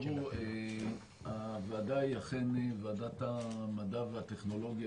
הוועדה היא אכן ועדת המדע והטכנולוגיה,